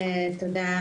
תודה.